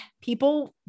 people